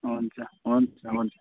हुन्छ हुन्छ हुन्छ